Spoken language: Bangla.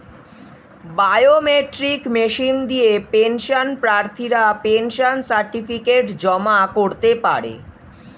বায়োমেট্রিক মেশিন দিয়ে পেনশন প্রার্থীরা পেনশন সার্টিফিকেট জমা করতে পারে